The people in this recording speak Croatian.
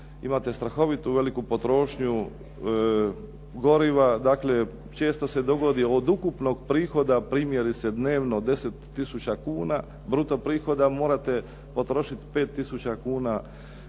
imate strahovito veliku potrošnju goriva, dakle često se dogodi od ukupnog prihoda primjerice dnevno 10 tisuća kuna, bruto prihoda morate potrošiti 5 tisuća